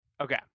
Okay